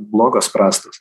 blogos prastos